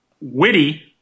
witty